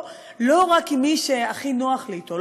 לא רק עם מי שהכי נוח לי אתו,